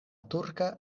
turka